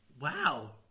wow